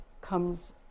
comes